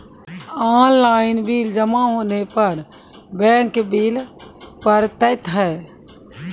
Online bill जमा होने पर बैंक बिल पड़तैत हैं?